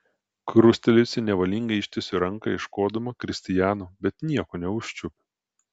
krustelėjusi nevalingai ištiesiu ranką ieškodama kristijano bet nieko neužčiuopiu